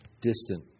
distant